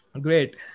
great